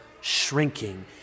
shrinking